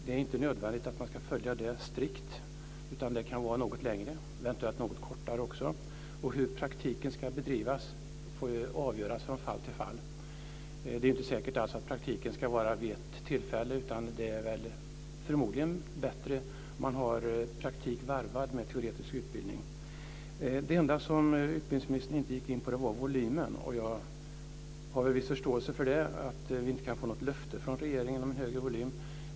Det är inte nödvändigt att man ska följa det strikt, utan den kan vara något längre eller eventuellt något kortare. Hur praktiken ska bedrivas får avgöras från fall till fall. Det är inte säkert att praktiken ska vara vid ett tillfälle. Det är förmodligen bättre om man har praktik varvad med teoretisk utbildning. Det enda som utbildningsministern inte gick in på var volymen. Och jag har viss förståelse för att vi inte kan få något löfte från regeringen om en högre volym.